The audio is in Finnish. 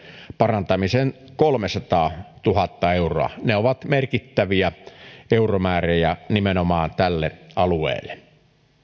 parantamiseen kolmesataatuhatta euroa ne ovat merkittäviä euromääriä nimenomaan tälle alueelle